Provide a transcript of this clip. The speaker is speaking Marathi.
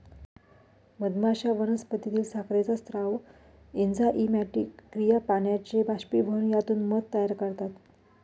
मधमाश्या वनस्पतीतील साखरेचा स्राव, एन्झाइमॅटिक क्रिया, पाण्याचे बाष्पीभवन यातून मध तयार करतात